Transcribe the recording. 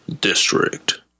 District